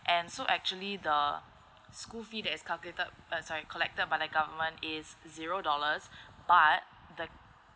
and so actually the school fee that is calculated uh sorry collect by the government is zero dollars but the